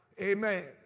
Amen